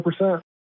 100%